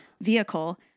vehicle